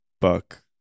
book